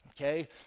okay